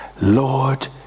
Lord